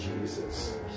Jesus